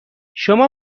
شما